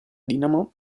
dinamo